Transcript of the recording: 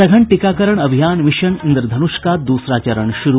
सघन टीकाकरण अभियान मिशन इन्द्रधनुष का दूसरा चरण शुरू